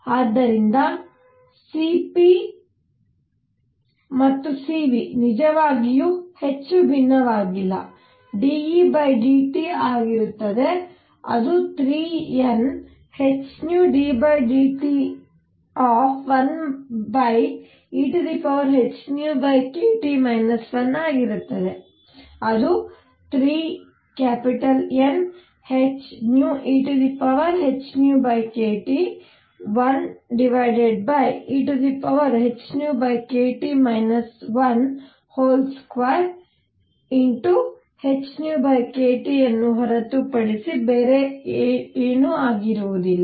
ಆದ್ದರಿಂದ Cp ಮತ್ತು Cv ನಿಜವಾಗಿಯೂ ಹೆಚ್ಚು ಭಿನ್ನವಾಗಿಲ್ಲ dEdTಆಗಿರುತ್ತದೆ ಅದು 3NhνddT 1ehνkT 1 ಆಗಿರುತ್ತದೆ ಅದು 3NhνehνkT 1ehνkT 12hνkTಅನ್ನು ಹೊರತುಪಡಿಸಿ ಏನೂ ಅಲ್ಲ